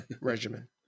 regimen